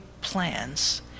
plans